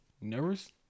Nervous